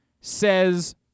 Says